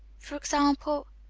for example?